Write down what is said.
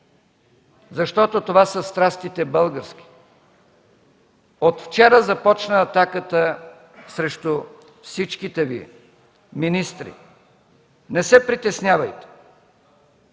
защото това са страстите български. От вчера започна атаката срещу всичките Ви министри. Не се притеснявайте,